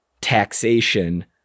taxation